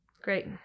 Great